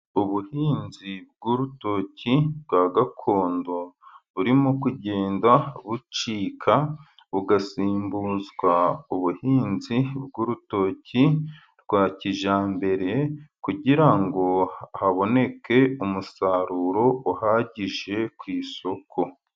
Ubuhinzi bw'urutoki bwa gakondo burimo kugenda bucika, bugasimbuzwa ubuhinzi bw'urutoki bwa kijyambere, kugira ngo haboneke umusaruro uhagije ku isoko.